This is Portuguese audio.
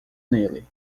nele